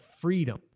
freedom